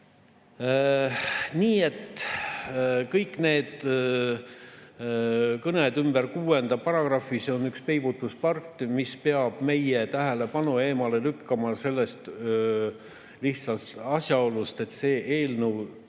et kõik need kõned kuuenda paragrahvi [teemal] on üks peibutuspart, mis peab meie tähelepanu eemale lükkama sellest lihtsast asjaolust, et see eelnõu